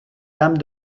dame